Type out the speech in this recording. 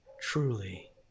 truly